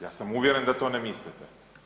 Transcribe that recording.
Ja sam uvjeren da to ne mislite.